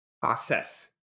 process